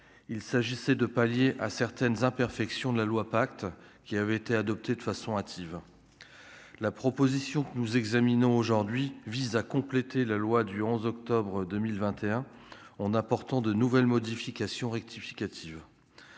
il s'agissait de palier à certaines imperfections de la loi, pacte qui avait été adoptée de façon hâtive la proposition que nous examinons aujourd'hui vise à compléter la loi du 11 octobre 2021 on apportant de nouvelles modifications rectificative,